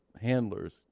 handlers